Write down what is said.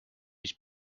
mis